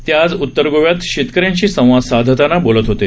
ते आज उत्तर गोव्यात शेतकऱ्यांशी संवाद साधताना बोलत होते